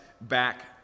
back